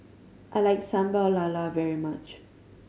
I like Sambal Lala very much